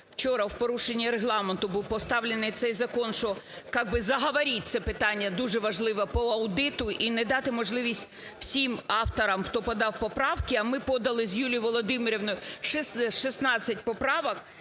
вчора в порушення Регламенту був поставлений цей закон, що как бы заговорить це питання дуже важливе по аудиту і не дати можливість всім авторам, хто подав поправки. А ми подали з Юлією Володимирівною 16 поправок,